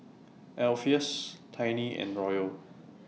Alpheus Tiny and Royal